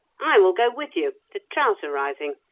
i will go with you the trout are rising.